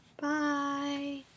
Bye